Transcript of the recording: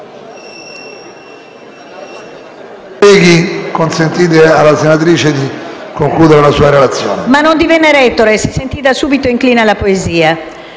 Ma non divenne retore: si sentì da subito incline alla poesia.